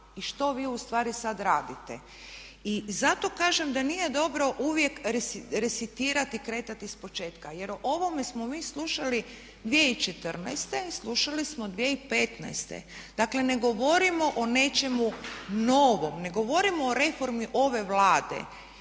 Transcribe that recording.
i što vi ustvari sada radite. I zato kažem da nije dobro uvijek resetirati i kretati iz početka. Jer o ovome smo mi slušali 2014., slušali smo 2015. Dakle ne govorimo o nečemu novom, ne govorimo o reformi ove Vlade.